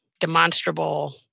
demonstrable